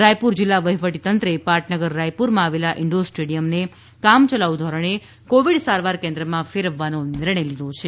રાયપુર જિલ્લા વહીવટીતંત્રે પાટનગર રાયપુરમાં આવેલા ઇનડોર સ્ટેડિયમને કામચલાઉ ધોરણે કોવિડ સારવાર કેન્દ્રમાં ફેરવવાનો નિર્ણય લીધો છે